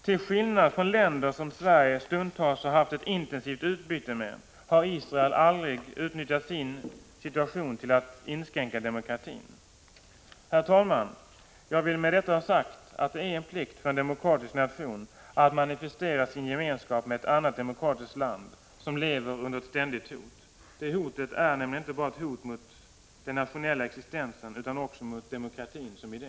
Till skillnad från länder som Sverige stundtals haft ett intensivt utbyte med har Israel aldrig utnyttjat sin situation till att inskränka demokratin. Herr talman! Jag vill med detta ha sagt att det är en plikt för en demokratisk nation att manifestera sin gemenskap med ett annat demokratiskt land, som lever under ett ständigt hot. Det hotet är nämligen inte bara ett hot mot den nationella existensen utan också mot demokratin som idé.